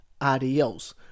Adios